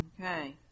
Okay